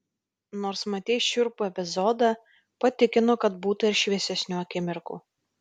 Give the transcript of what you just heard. nors matei šiurpų epizodą patikinu kad būta ir šviesesnių akimirkų